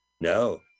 No